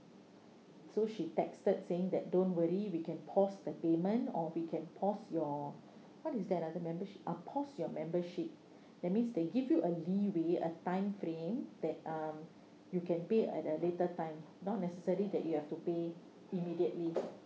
so she texted saying that don't worry we can pause the payment or we can pause your what is that uh the membership uh pause your membership that means they give you a leeway a timeframe that um you can pay at a later time not necessary that you have to pay immediately